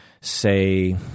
say